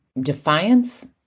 defiance